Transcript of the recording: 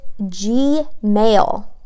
Gmail